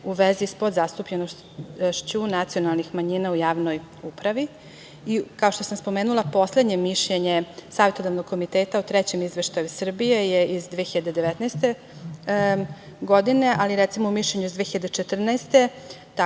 u vezi sa podzastupljenošću nacionalnih manjina u javnoj upravi. Kao što sam spomenula poslednje mišljenje Savetodavnog komiteta o trećem izveštaju Srbije je iz 2019. godine, ali recimo, mišljenja iz 2014. godine